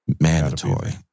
mandatory